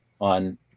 on